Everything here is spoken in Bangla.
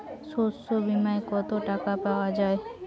শস্য বিমায় কত টাকা পাওয়া যায়?